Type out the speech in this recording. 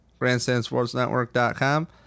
grandstandsportsnetwork.com